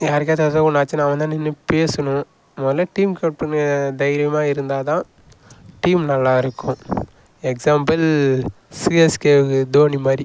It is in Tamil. யாருக்காவது ஏதோ ஒன்று ஆச்சுன்னா அவன் தான் நின்று பேசணும் முதல்ல டீம் கேப்டன்னு தைரியமாக இருந்தால் தான் டீம் நல்லாயிருக்கும் எக்ஸ்சாம்பிள் சிஎஸ்கேக்கு தோணி மாதிரி